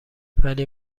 ولی